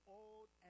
old